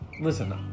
Listen